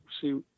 see